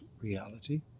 reality